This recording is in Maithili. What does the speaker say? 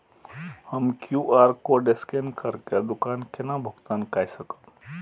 हम क्यू.आर कोड स्कैन करके दुकान केना भुगतान काय सकब?